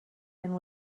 and